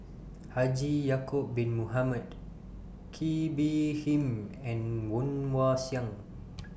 Haji Ya'Acob Bin Mohamed Kee Bee Khim and Woon Wah Siang